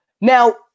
Now